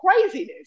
craziness